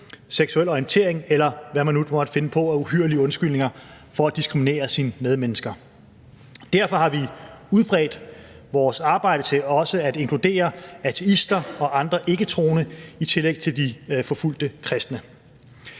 seksuel orientering, eller hvad man nu måtte finde på af uhyrlige undskyldninger for at diskriminere sine medmennesker. Derfor har vi udbredt vores arbejde til også at inkludere ateister og andre ikketroende i tillæg til de forfulgte kristne.